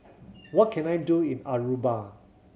what can I do in Aruba